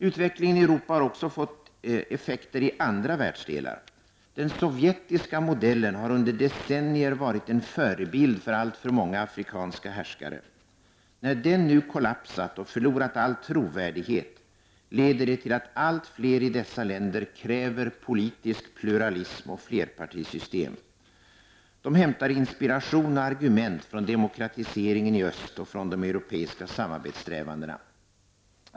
Utvecklingen i Europa har också fått effekter i andra världsdelar. Den sovjetiska modellen har under decennier varit en förebild för alltför många afrikanska härskare. När den nu kollapsat och förlorat all trovärdighet leder det till att allt fler människor i dessa länder kräver politisk pluralism och flerpartisystem. De hämtar inspiration och argument från demokratiseringen i öst och från de europeiska samarbetssträvandena.